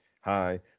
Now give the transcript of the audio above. hi